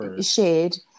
shared